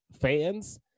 fans